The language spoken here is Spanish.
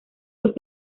los